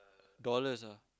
dollars ah